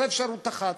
זאת אפשרות אחת.